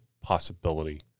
possibility